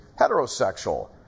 heterosexual